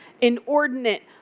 inordinate